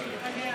מקווה,